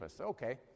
Okay